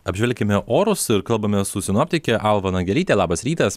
apžvelkime orus ir kalbamės su sinoptike alva nagelyte labas rytas